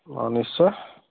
অঁ নিশ্চয়